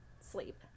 sleep